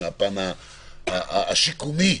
מהפן השיקומי,